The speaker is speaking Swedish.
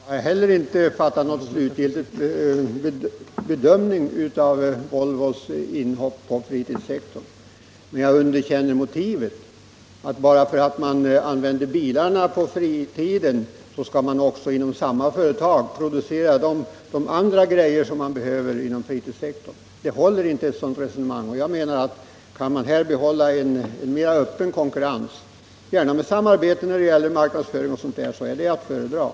Herr talman! Jag har heller inte gjort någon slutgiltig bedömning av Volvos inhopp på fritidssektorn. Men jag underkänner motivet att bara för att bilarna används på fritiden skall man också inom samma företag producera de andra grejor som behövs inom fritidssektorn. Ett sådant resonemang håller inte, och jag menar att det är bättre med en öppen konkurrens — gärna med samarbete när det gäller marknadsföring och sådant.